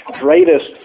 greatest